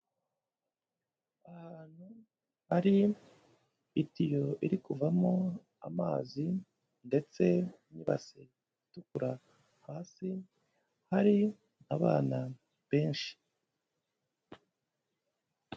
Ahantu hari itiyo iri kuvamo amazi ndetse n'ibase itukura hasi, hari abana benshi.